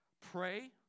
Pray